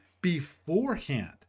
beforehand